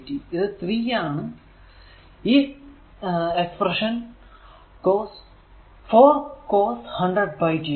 ഇത് 3 ആണ് ഈ എക്സ്പ്രെഷൻ 4 cos 100πt ആണ്